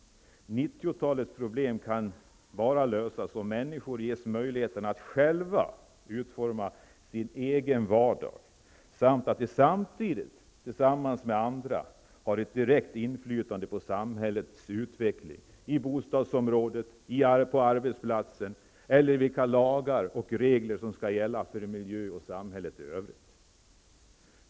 90-talets problem kan bara lösas om människor ges möjlighet att själva utforma sin egen vardag och om de samtidigt, tillsammans med andra, har ett direkt inflytande på samhällets utveckling i bostadsområdet och på arbetsplatsen och när det gäller de lagar och regler som skall gälla för miljön och samhället i övrigt.